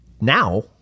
now